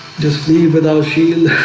just leave without shield